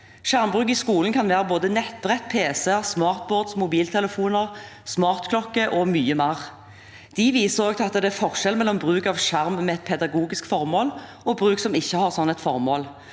Skjermbruk i skolen kan være både nettbrett, pc-er, smartboards, mobiltelefoner, smartklokker og mye mer. De viser også til at det er forskjell på bruk av skjerm med et pedagogisk formål og bruk som ikke har slikt formål,